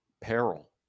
peril